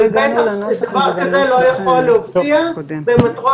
אבל בטח דבר כזה לא יכול להופיע במטרות